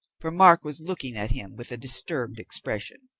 for mark was looking at him with a disturbed expression.